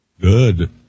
Good